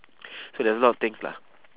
so there's a lot of things lah